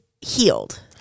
healed